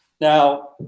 Now